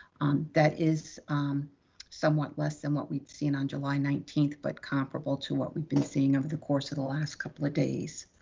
that is somewhat less than what we'd seen on july nineteenth, but comparable to what we've been seeing over the course of the last couple of days.